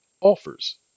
offers